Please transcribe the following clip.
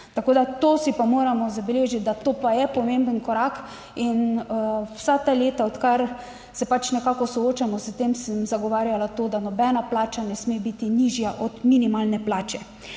Tako da to si pa moramo zabeležiti, da to pa je pomemben korak. In vsa ta leta, odkar se pač nekako soočamo s tem, sem zagovarjala to, da nobena plača ne sme biti nižja od minimalne plače.